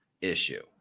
issue